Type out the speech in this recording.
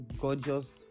gorgeous